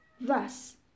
Thus